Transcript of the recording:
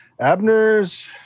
Abner's